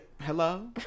Hello